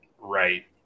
right